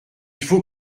faut